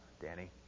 Danny